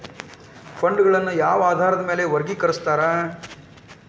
ಫಂಡ್ಗಳನ್ನ ಯಾವ ಆಧಾರದ ಮ್ಯಾಲೆ ವರ್ಗಿಕರಸ್ತಾರ